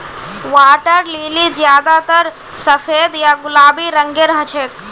water lily ज्यादातर सफेद या गुलाबी रंगेर हछेक